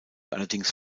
allerdings